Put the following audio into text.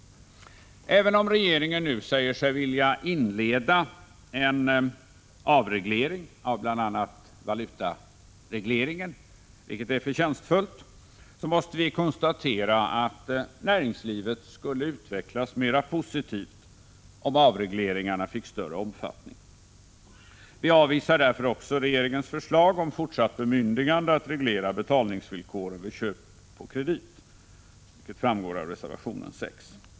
Även om regeringen nu säger sig vilja inleda viss avreglering av bl.a. valutaregleringen, vilket är förtjänstfullt, måste vi konstatera att näringslivet skulle utvecklas mera positivt om avregleringarna fick större omfattning. Vi avvisar därför också regeringens förslag om fortsatt bemyndigande att reglera betalningsvillkoren vid köp på kredit, vilket framgår av reservation 6.